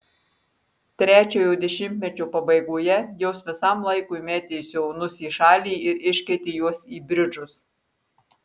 trečiojo dešimtmečio pabaigoje jos visam laikui metė sijonus į šalį ir iškeitė juos į bridžus